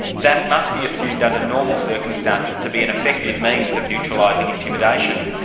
that must be assumed under normal circumstances to be an effective means of neutralising intimidation.